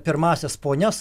pirmąsias ponias